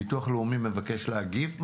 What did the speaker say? נציגי ביטוח לאומי מבקשים להגיב?